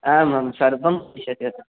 आम् आं सर्वं भविष्यति अत्र